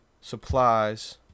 supplies